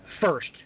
first